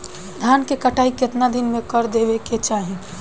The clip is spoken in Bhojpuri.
धान क कटाई केतना दिन में कर देवें कि चाही?